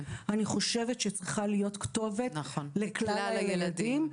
חושבת שצריכה להיות כתובת לכלל הילדים.